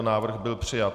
Návrh byl přijat.